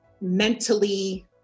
mentally